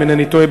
אם אינני טועה,